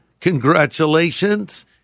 congratulations